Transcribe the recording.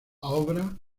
obra